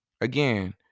again